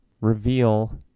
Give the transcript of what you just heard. reveal